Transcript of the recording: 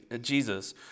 Jesus